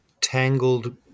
tangled